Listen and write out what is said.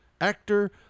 actor